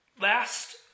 Last